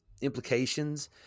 implications